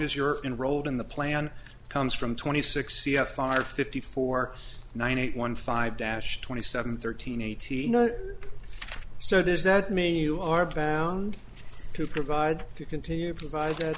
as you're in rolled in the plan comes from twenty six c f r fifty four nine eight one five dash twenty seven thirteen eighty nine so does that mean you are bound to provide if you continue provide that